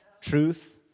Truth